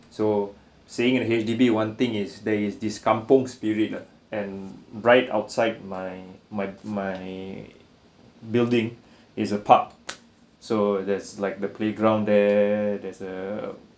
so saying that H_D_B one thing is there is this kampung spirit lah and right outside my my my building is a park so that's like the playground there there's a